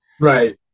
right